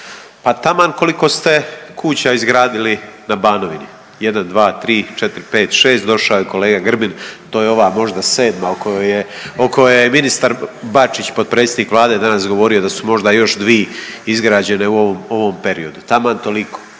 Pa taman koliko ste kuća izgradili na Banovini, jedan, dva, tri, četiri, pet, šest, došao je kolega Grbin, to je ova možda sedma o kojoj je ministar Bačić, potpredsjednik Vlade danas govorio da su možda još dvi izgrađene u ovom periodu, taman toliko.